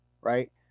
right